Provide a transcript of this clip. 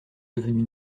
devenu